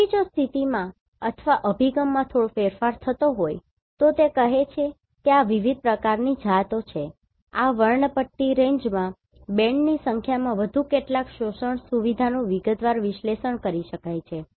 તેથી જો સ્થિતિમાં અથવા અભિગમમાં થોડો ફેરફાર થયો હોય તો તે કહે છે કે આ વિવિધ પ્રકારની જાતો છે આ વર્ણપટ્ટી રેન્જમાં બેન્ડની સંખ્યામાં વધુ કેટલાક શોષણ સુવિધાનું વિગતવાર વિશ્લેષણ કરી શકાય છે